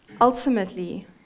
ultimately